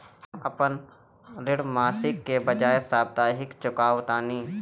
हम अपन ऋण मासिक के बजाय साप्ताहिक चुकावतानी